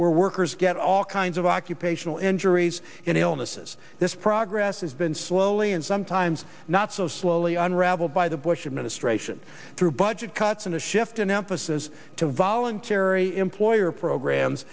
where workers get all kinds of occupational injuries and illnesses this progress has been slowly and sometimes not so slowly unravelled by the bush administration through budget cuts and a shift in emphasis to voluntary employer programs